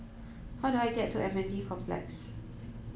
how do I get to M N D Complex